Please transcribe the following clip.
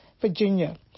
Virginia